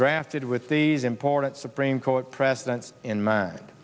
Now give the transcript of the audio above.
drafted with these important supreme court precedents in mind